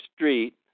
Street